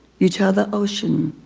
you tell the ocean.